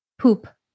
Poop